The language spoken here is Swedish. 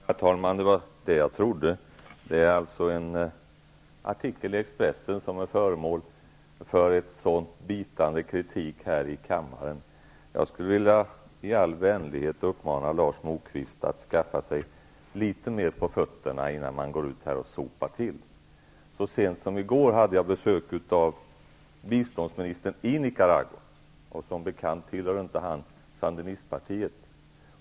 Herr talman! Det var det jag trodde. Det är alltså en artikel i Expressen som ger upphov till en sådan bitande kritik här i kammaren. Jag skulle i all vänlighet vilja uppmana Lars Moquist att skaffa sig litet mer på fötterna innan han sopar till. Så sent som i går hade jag besök av biståndsministern i Nicaragua. Som bekant tillhör han inte sandinistpartiet.